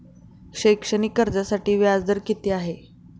शैक्षणिक कर्जासाठी व्याज दर किती आहे?